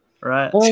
right